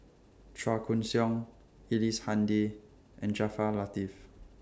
Chua Koon Siong Ellice Handy and Jaafar Latiff